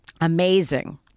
Amazing